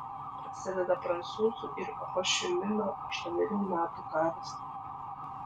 prasideda prancūzų ir ho ši mino aštuonerių metų karas